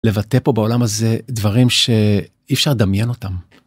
לבטא פה בעולם הזה דברים שאי אפשר לדמיין אותם.